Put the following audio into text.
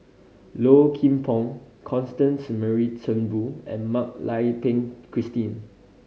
Low Kim Pong Constance Mary Turnbull and Mak Lai Peng Christine